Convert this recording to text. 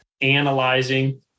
analyzing